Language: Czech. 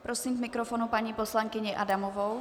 Prosím k mikrofonu paní poslankyni Adamovou.